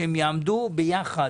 שהם יעמדו ביחד.